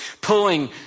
pulling